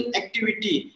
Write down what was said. activity